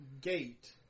gate